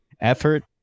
effort